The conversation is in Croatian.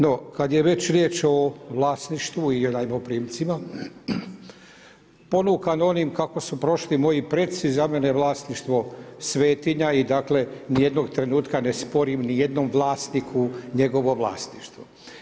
No kad je već riječ o vlasništvu i najmoprimcima, ponukan onim kako su prošli moji preci, za mene je vlasništvo svetinja i dakle ni jednog trenutka ne sporim ni jednom vlasniku njegovo vlasništvo.